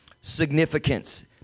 significance